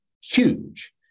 huge